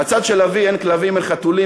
מהצד של אבי אין כלבים וחתולים,